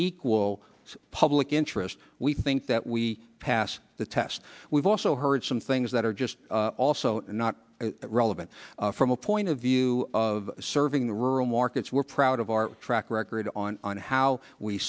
equal public interest we think that we pass the test we've also heard some things that are just also not relevant from a point of view of serving the rural markets we're proud of our track record on how we